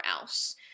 else